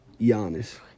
Giannis